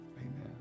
Amen